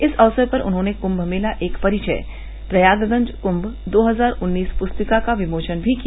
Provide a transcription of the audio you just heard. इस अवसर पर ने उन्होंने कुम मेला एक परिचय प्रयागराज कुम दो हजार उन्नीस पुस्तिका का विमोचन भी किया